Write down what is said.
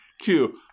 two